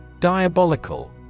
Diabolical